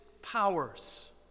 Powers